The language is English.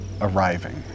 arriving